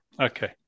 okay